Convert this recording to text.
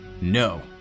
No